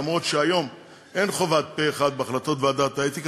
למרות שהיום אין חובת פה-אחד בהחלטות ועדת האתיקה,